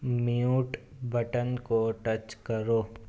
mute button کو touch کرو